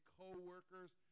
co-workers